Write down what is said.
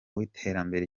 w’iterambere